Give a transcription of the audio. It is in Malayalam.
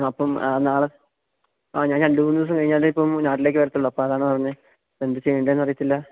അപ്പം നാളെ ആ ഞാൻ രണ്ട് മൂന്ന് ദിവസം കഴിഞ്ഞാലെ ഇപ്പം നാട്ടിലേക്ക് വരികയുള്ളൂ അപ്പോള് അതാണ് പറഞ്ഞത് എന്താണ് ചെയ്യേണ്ടതെന്ന് അറിയില്ല